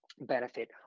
benefit